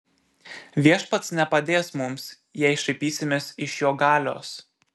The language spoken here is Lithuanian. viešpats nepadės mums jei šaipysimės iš jo galios